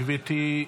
גברתי?